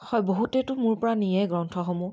হয় বহুতেটো মোৰ পৰা নিয়ে গ্ৰন্থসমূহ